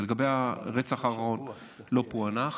לגבי הרצח, הוא לא פוענח